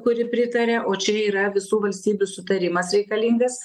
kuri pritaria o čia yra visų valstybių sutarimas reikalingas